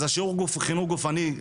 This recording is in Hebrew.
אז השיעור חינוך גופני,